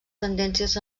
tendències